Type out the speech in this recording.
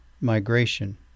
Migration